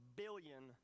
billion